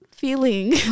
feeling